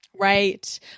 right